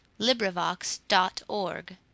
LibriVox.org